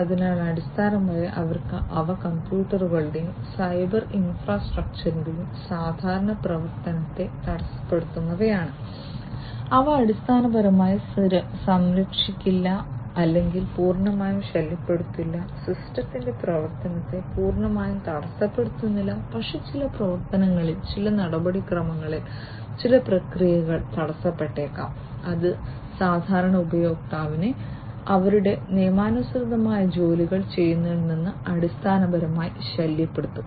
അതിനാൽ അടിസ്ഥാനപരമായി അവ കമ്പ്യൂട്ടറുകളുടെയും സൈബർ ഇൻഫ്രാസ്ട്രക്ചറിന്റെയും സാധാരണ പ്രവർത്തനത്തെ തടസ്സപ്പെടുത്തുന്നവയാണ് അവ അടിസ്ഥാനപരമായി സംരക്ഷിക്കില്ല അല്ലെങ്കിൽ പൂർണ്ണമായും ശല്യപ്പെടുത്തില്ല സിസ്റ്റത്തിന്റെ പ്രവർത്തനത്തെ പൂർണ്ണമായും തടസ്സപ്പെടുത്തില്ല പക്ഷേ ചില പ്രവർത്തനങ്ങളിൽ ചില നടപടിക്രമങ്ങൾ ചില പ്രക്രിയകൾ തടസ്സപ്പെട്ടേക്കാം അത് സാധാരണ ഉപയോക്താവിനെ അവരുടെ നിയമാനുസൃതമായ ജോലികൾ ചെയ്യുന്നതിൽ നിന്ന് അടിസ്ഥാനപരമായി ശല്യപ്പെടുത്തും